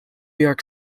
york